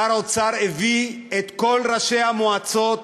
שר האוצר הביא את כל ראשי המועצות